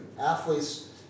Athletes